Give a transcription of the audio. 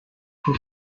for